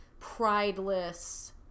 prideless